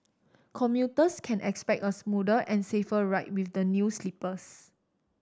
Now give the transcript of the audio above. commuters can expect a smoother and safer ride with the new sleepers